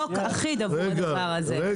חוק אחיד עבור הדבר הזה,